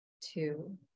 two